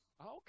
Okay